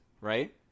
right